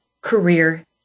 career